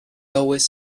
always